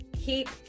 keep